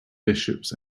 bishops